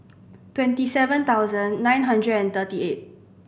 twenty seven thousand nine hundred and thirty eight